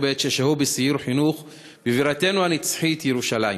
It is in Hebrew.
בעת ששהו בסיור חינוך בבירתנו הנצחית ירושלים.